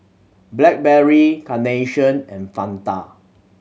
Blackberry Carnation and Fanta